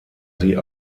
sie